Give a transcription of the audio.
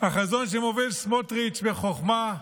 החזון שמוביל סמוטריץ' בחוכמה,